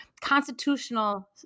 constitutional